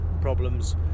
problems